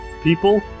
people